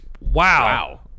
Wow